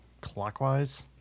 clockwise